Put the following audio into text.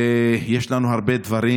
ויש לנו הרבה דברים